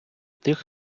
тих